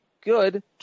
good